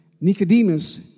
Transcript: Nicodemus